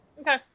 okay